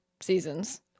seasons